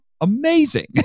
amazing